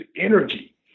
energy